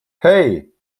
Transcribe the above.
hey